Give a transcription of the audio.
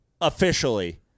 officially